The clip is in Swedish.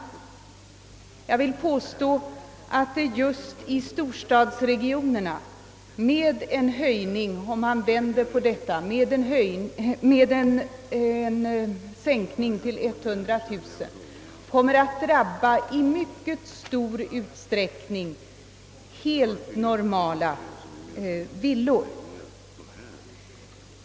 Omvänt kan man påpeka att vid en sänkning till 100.000: kronor kommer just i storstadsregionerna helt normala villor att drabbas i mycket stor utsträckning.